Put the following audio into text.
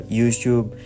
youtube